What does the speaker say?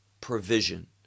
provision